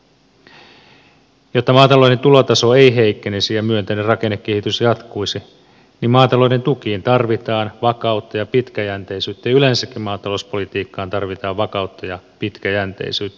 jotta maatalouden tulotaso ei heikkenisi ja myönteinen rakennekehitys jatkuisi maatalouden tukiin tarvitaan vakautta ja pitkäjänteisyyttä ja yleensäkin maatalouspolitiikkaan tarvitaan vakautta ja pitkäjänteisyyttä